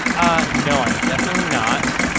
ah no, i'm definitely not,